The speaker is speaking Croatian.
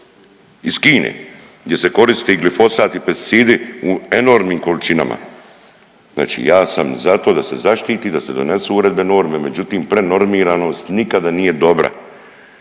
iz Kine gdje se koristi glifosat i pesticidi u enormnim količinama, znači ja sam zato da se zaštiti, da se donesu uredbe i norme, međutim prenormiranost nikada nije dobra,